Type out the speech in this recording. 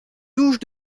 touche